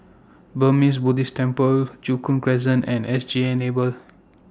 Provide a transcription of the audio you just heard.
Burmese Buddhist Temple Joo Koon Crescent and S G Enable